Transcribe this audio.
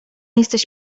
jesteś